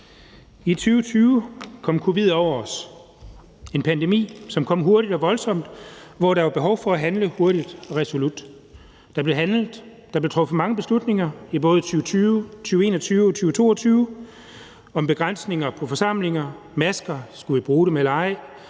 I 2020 kom covid-19 over os. Det var en pandemi, som kom hurtigt og voldsomt, og hvor der var behov for at handle hurtigt og resolut. Der blev handlet, der blev truffet mange beslutninger i både 2020, 2021 og 2022 om begrænsninger på forsamlinger, man talte om masker – skulle vi bruge dem eller ej?